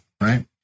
right